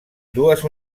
dues